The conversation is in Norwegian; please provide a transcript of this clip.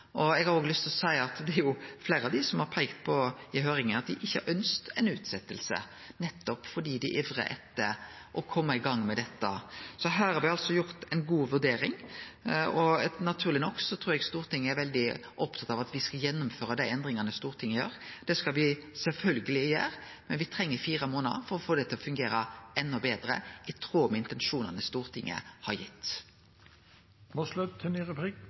Eg har òg lyst til å seie at det er fleire som i høyringa har peikt på at dei ikkje har ønskt ei utsetjing, nettopp fordi dei ivrar etter å kome i gang med dette. Så her har me altså gjort ei god vurdering, og naturleg nok trur eg Stortinget er veldig opptatt av at me skal gjennomføre dei endringane Stortinget gjer. Det skal me sjølvsagt gjere, men me treng fire månader for å få det til å fungere endå betre, i tråd med intensjonane Stortinget har